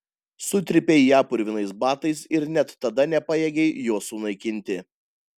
sutrypei ją purvinais batais ir net tada nepajėgei jos sunaikinti